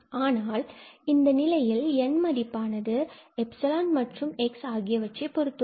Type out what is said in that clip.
ஆனால் இந்த நிலையில் N மதிப்பானது எப்சிலான் மற்றும் x ஆகியவற்றைப் பொருத்து உள்ளது